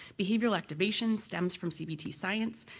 behaviorial activation, stems from cbt science,